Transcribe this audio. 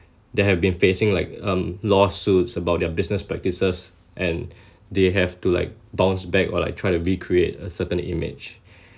that have been facing like um lawsuits about their business practices and they have to like bounce back or like try to recreate a certain image